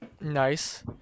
Nice